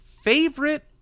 favorite